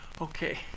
Okay